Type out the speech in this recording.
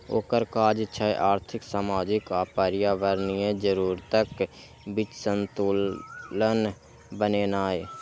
ओकर काज छै आर्थिक, सामाजिक आ पर्यावरणीय जरूरतक बीच संतुलन बनेनाय